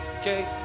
Okay